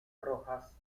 rojas